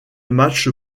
match